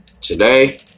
Today